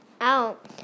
out